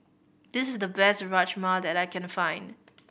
this is the best Rajma that I can find